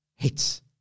hits